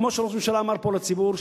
כמו שראש הממשלה אמר פה לציבור,